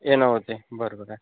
येणंं होते बरोबर आहे